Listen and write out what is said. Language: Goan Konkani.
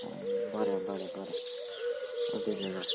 बरें बरें बरें अडेज हजार